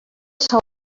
cel